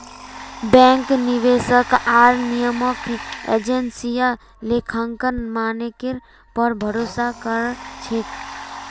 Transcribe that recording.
bank, निवेशक आर नियामक एजेंसियां लेखांकन मानकेर पर भरोसा कर छेक